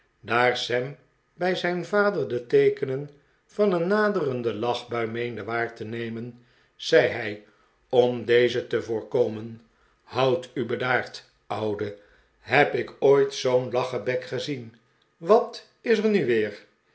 daar sam bij zijn vader de teekenen van een naderende lachbui meende waar te nemen zei hij om deze te voorkomen houd u bedaard oudel heb ik ooit zoo'n lachebek gezien wat is er nu weer